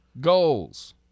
goals